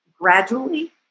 gradually